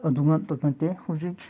ꯑꯗꯨ ꯉꯥꯛꯇ ꯅꯠꯇꯦ ꯍꯧꯖꯤꯛ